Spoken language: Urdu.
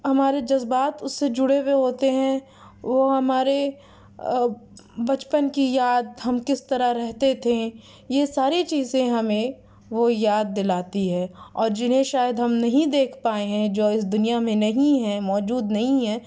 ہمارے جذبات اس سے جڑے ہوئے ہوتے ہیں وہ ہمارے بچپن کی یاد ہم کس طرح رہتے تھے یہ سارے چیزیں ہمیں وہ یاد دلاتی ہے اور جنہیں شاید ہم نہیں دیکھ پائے ہیں جو اس دنیا میں نہیں ہیں موجود نہیں ہیں